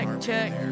Check